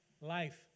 life